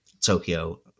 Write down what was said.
Tokyo